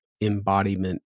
embodiment